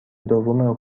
دوم